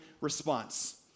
response